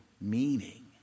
meaning